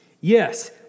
Yes